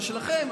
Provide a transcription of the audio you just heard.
ושלכם,